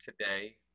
today